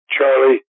Charlie